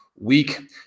week